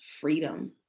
freedom